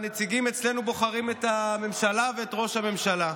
והנציגים אצלנו בוחרים את הממשלה ואת ראש הממשלה.